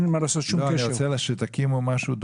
אני רוצה שתקימו משהו דומה.